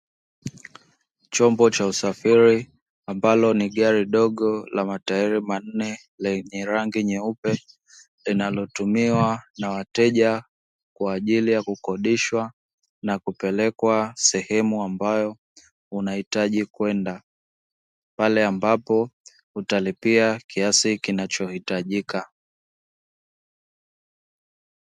Chombo cha usafiri ambalo ni gari dogo la matairi manne lenye rangi nyeupe, linalotumiwa na wateja kwa ajili ya kukodishwa na kupelekwa sehemu ambayo unahitaji kwenda pale ambapo utalipia kiasi kinachohitajika.